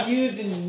using